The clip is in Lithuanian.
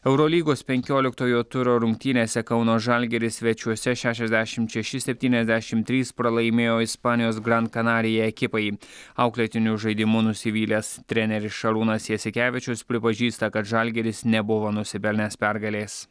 eurolygos penkioliktojo turo rungtynėse kauno žalgiris svečiuose šešiasdešimt šeši septyniasdešimt trys pralaimėjo ispanijos gran canaria ekipai auklėtinių žaidimu nusivylęs treneris šarūnas jasikevičius pripažįsta kad žalgiris nebuvo nusipelnęs pergalės